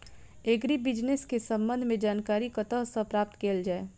Agri business केँ संबंध मे जानकारी कतह सऽ प्राप्त कैल जाए?